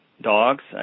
Dogs